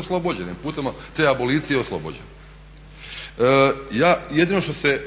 Oslobođen je, putem te abolicije je oslobođen. Ja, jedino što se